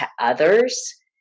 others